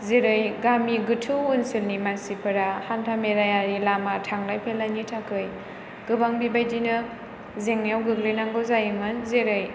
जेरै गामि गोथौ ओनसोलनि मानसिफोरा हान्था मेलायारि लामा थांलाय फैलायनि थाखाय गोबां बिबादिनो जेंनायाव गेग्लैनांगौ जायोमोन जेरै